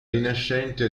rinascente